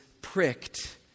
pricked